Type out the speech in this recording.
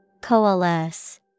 Coalesce